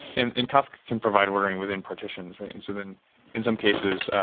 and and kafka can provide ordering within partitions, right? and so then in some cases,